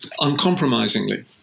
uncompromisingly